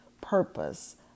purpose